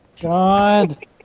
God